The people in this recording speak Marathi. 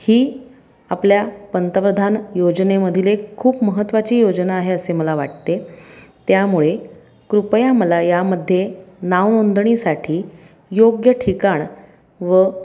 ही आपल्या पंतप्रधान योजनेमधील एक खूप महत्वाची योजना आहे असे मला वाटते त्यामुळे कृपया मला यामध्ये नावनोंदणीसाठी योग्य ठिकाण व